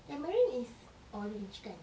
tamarind is orange kan